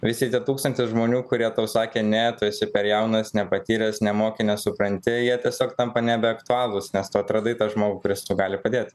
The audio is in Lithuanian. visi tie tūkstantis žmonių kurie tau sakė ne tu esi per jaunas nepatyręs nemoki nesupranti jie tiesiog tampa nebeaktualūs nes tu atradai tą žmogų kuris tau gali padėt